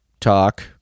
talk